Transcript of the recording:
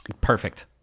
perfect